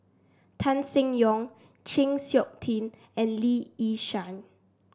Tan Seng Yong Chng Seok Tin and Lee Yi Shyan